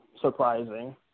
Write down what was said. surprising